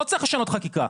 לא צריך לשנות חקיקה,